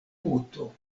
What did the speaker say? puto